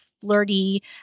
flirty